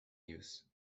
use